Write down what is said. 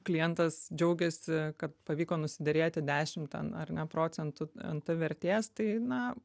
klientas džiaugiasi kad pavyko nusiderėti dešim ten ar ne procentų nt vertės tai na